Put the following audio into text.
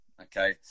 okay